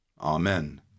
Amen